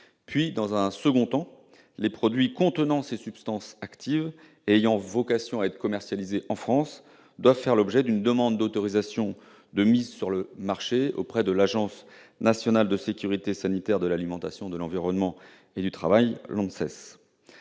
puis, dans un second temps, les produits contenant ces substances actives ayant vocation à être commercialisés en France doivent faire l'objet d'une demande d'autorisation de mise sur le marché auprès de l'Agence nationale de sécurité sanitaire de l'alimentation, de l'environnement et du travail, l'ANSES.